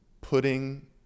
putting